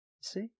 See